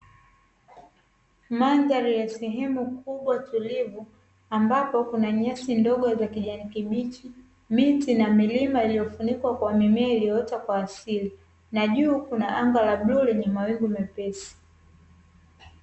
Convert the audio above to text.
Mandhari ya sehemu kubwa tulivu, ambapo kuna nyasi ndogo za kijani kibichi, miti na milima iliyofunikwa kwa mimea iliyoota kwa asili na juu kuna anga la bluu lenye mawingu mepesi.